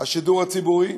שידור ציבורי,